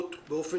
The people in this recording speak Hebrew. וגם צריכים לבוא.